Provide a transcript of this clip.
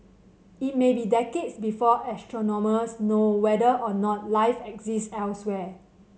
it may be decades before astronomers know whether or not life exist elsewhere